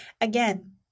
again